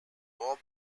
more